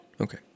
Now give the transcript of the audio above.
Okay